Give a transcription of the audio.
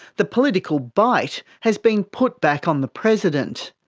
the political bite has been put back on the president.